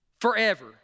forever